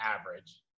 average